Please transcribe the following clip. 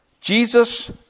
Jesus